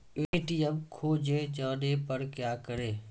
ATM खोजे जाने पर क्या करें?